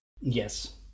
Yes